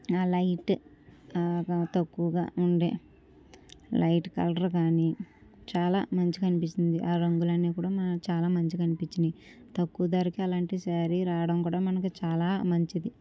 ఆ లైట్ తక్కువగా ఉండే లైట్ కలర్ కానీ చాలా మంచిగా అనిపిస్తుంది ఆ రంగులు అన్నీ కూడా చాలా మంచిగా అనిపించినాయి తక్కువ ధరకు అలాంటి శారీ రావడం కూడా మనకు చాలా మంచిది